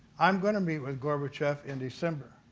i'm going to meet with gorbachev in december.